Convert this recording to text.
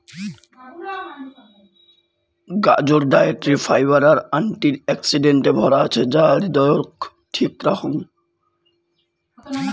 গাজর dietary fibre আর anti অক্সিডেন্টে ভরা আছে যা হৃদয়ক ঠিক রাখং